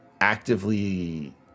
actively